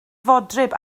fodryb